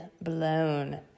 blown